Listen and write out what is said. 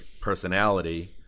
personality